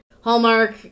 Hallmark